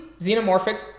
xenomorphic